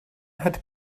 had